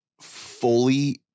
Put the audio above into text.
fully